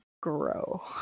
grow